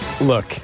Look